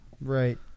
Right